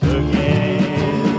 again